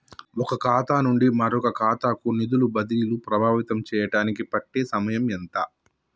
ఒక ఖాతా నుండి మరొక ఖాతా కు నిధులు బదిలీలు ప్రభావితం చేయటానికి పట్టే సమయం ఎంత?